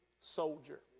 soldier